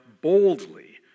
boldly